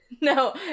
No